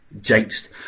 jinxed